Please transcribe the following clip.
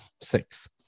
six